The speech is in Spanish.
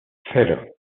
cero